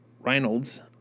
Reynolds